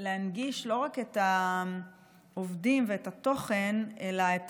להנגיש לא רק את העובדים ואת התוכן אלא את